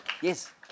Yes